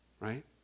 right